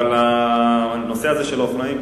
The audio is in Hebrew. אבל הנושא הזה של אופנועים,